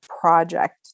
project